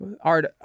Art